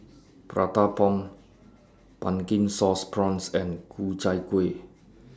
Prata Bomb Pumpkin Sauce Prawns and Ku Chai Kuih